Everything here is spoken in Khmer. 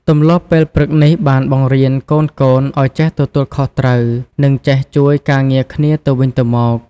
ទម្លាប់ពេលព្រឹកនេះបានបង្រៀនកូនៗឲ្យចេះទទួលខុសត្រូវ និងចេះជួយការងារគ្នាទៅវិញទៅមក។